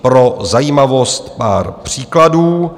Pro zajímavost pár příkladů.